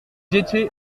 étiez